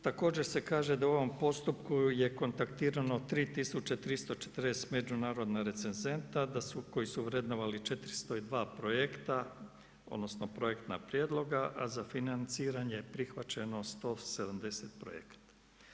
Također se kaže da u ovom postupku je kontaktirano 3340 međunarodna recenzenta koji su vrednovali 402 projekta, odnosno projektna prijedloga, a za financiranje je prihvaćeno 170 projekata.